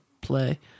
play